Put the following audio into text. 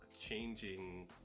changing